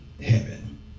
heaven